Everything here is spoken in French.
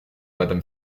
madame